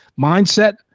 mindset